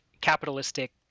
capitalistic